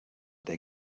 they